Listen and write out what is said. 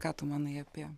ką tu manai apie